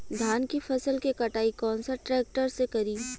धान के फसल के कटाई कौन सा ट्रैक्टर से करी?